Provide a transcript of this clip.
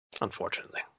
Unfortunately